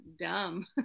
dumb